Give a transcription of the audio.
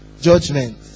Judgment